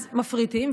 אז מפריטים.